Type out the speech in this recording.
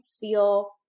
feel